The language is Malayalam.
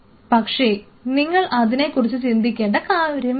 പക്ഷേ നിങ്ങൾ അതിനെ കുറിച്ച് ചിന്തിക്കേണ്ട ആവശ്യമില്ല